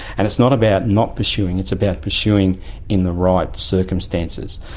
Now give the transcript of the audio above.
and it's not about not pursuing, it's about pursuing in the right circumstances.